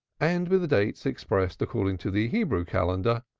and with the dates expressed according to the hebrew calendar,